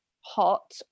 hot